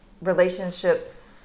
relationships